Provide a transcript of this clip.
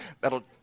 That'll